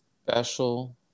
Special